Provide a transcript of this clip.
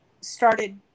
started